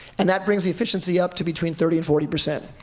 and that brings the efficiency up to between thirty and forty percent.